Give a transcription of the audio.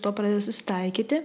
to pradeda susitaikyti